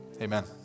amen